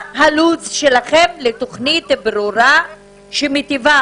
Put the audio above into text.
מה הלו"ז שלכם לתוכנית ברורה שמיטיבה